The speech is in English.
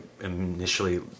initially